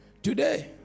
Today